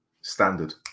Standard